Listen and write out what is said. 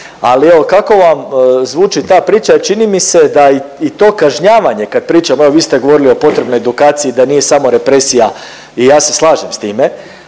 ali evo kako vam zvuči ta priča jer čini mi se da i to kažnjavanje kad pričamo, evo vi ste govorili o potrebnoj edukaciji da nije samo represija i ja se slažem s time,